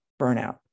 burnout